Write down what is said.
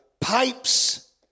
pipes